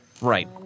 Right